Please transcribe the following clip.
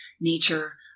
nature